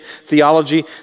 theology